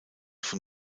von